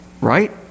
right